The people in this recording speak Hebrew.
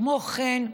כמו כן,